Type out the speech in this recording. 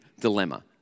dilemma